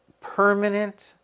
permanent